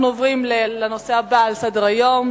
אנחנו עוברים לנושא הבא על סדר-היום: